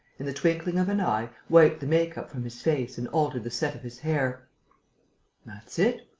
in the twinkling of an eye, wiped the make-up from his face and altered the set of his hair that's it,